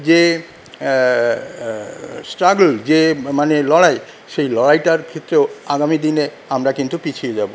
যে স্ট্রাগল যে মানে লড়াই সেই লড়াইটার ক্ষেত্রেও আগামীদিনে আমরা কিন্তু পিছিয়ে যাবো